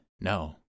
No